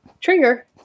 trigger